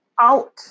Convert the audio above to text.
out